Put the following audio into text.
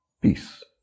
Peace